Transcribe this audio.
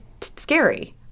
scary